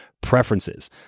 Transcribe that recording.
preferences